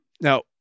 Now